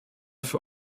für